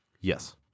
yes